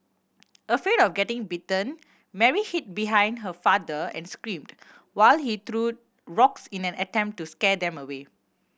afraid of getting bitten Mary hid behind her father and screamed while he threw rocks in an attempt to scare them away